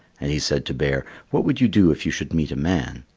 and he said to bear, what would you do if you should meet a man?